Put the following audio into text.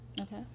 Okay